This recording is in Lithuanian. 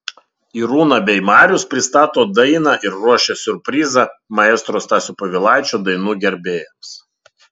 irūna bei marius pristato dainą ir ruošia siurprizą maestro stasio povilaičio dainų gerbėjams